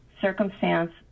circumstance